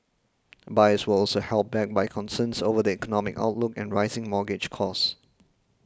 buyers were also held back by concerns over the economic outlook and rising mortgage costs